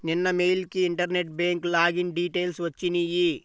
నిన్న మెయిల్ కి internet bank login details వచ్చినియ్యి